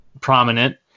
prominent